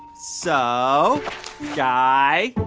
so guy,